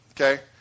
Okay